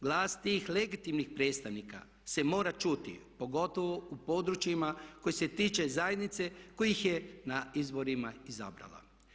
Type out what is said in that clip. Glas tih legitimnih predstavnika se mora čuti pogotovo u područjima koja se tiču zajednice koja ih je na izborima izabrala.